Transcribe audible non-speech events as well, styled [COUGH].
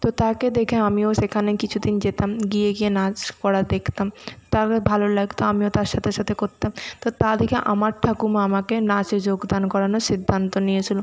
তো তাকে দেখে আমিও সেখানে কিছু দিন যেতাম গিয়ে গিয়ে নাচ করা দেখতাম [UNINTELLIGIBLE] ভালো লাগতো আমিও তার সাথে সাথে করতাম তো তা দেখে আমার ঠাকুমা আমাকে নাচে যোগদান করানোর সিদ্ধান্ত নিয়েছিলো